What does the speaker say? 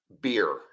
beer